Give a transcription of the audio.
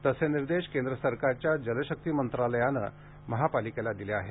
तसे निर्देश केंद्र सरकारच्या जलशक्ति मंत्रालयाने महापालिकेला दिले आहेत